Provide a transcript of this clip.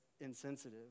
insensitive